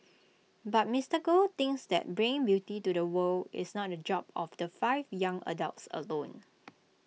but Mister Goh thinks that bringing beauty to the world is not the job of the five young adults alone